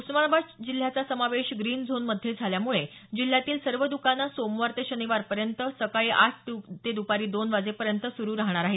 उस्मानाबाद जिल्ह्याचा समावेश green zone मध्ये झाल्यामुळे जिल्ह्यातील सर्व दकानं सोमवार ते शनिवार पर्यंत सकाळी आठ ते दुपारी दोन वाजेपर्यंत सुरू राहणार आहेत